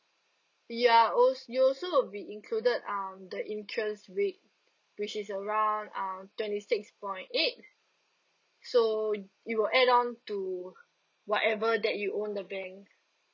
you're also you also will be included um the interest rate which is around um twenty six point eight so it will add on to whatever that you own the bank